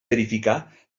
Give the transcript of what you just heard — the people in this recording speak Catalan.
verificar